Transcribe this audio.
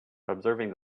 observing